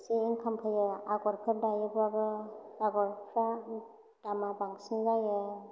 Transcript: एसे इनकाम फैयो आगरफोर दायोबाबो आगरफ्रा दामा बांसिन जायो